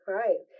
right